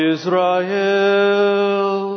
Israel